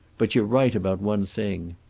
but you're right about one thing.